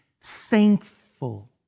thankful